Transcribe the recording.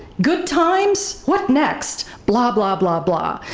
good times? what next? blah, blah, blah, blah.